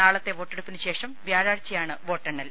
നാളത്തെ വോട്ടെടുപ്പിനു ശേഷം വ്യാഴാഴ്ചയാണ് വോട്ടെണ്ണൽ